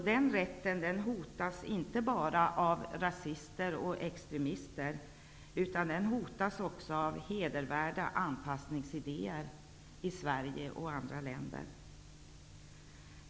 Den rätten hotas inte bara av rasister och extremister, utan också av hedervärda anpassningsidéer i Sverige och andra länder.